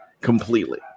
completely